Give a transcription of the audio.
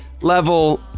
level